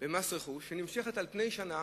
במס רכוש שנמשכת שנה,